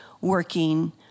working